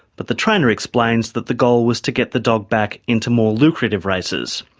but the trainer explains that the goal was to get the dog back into more lucrative races.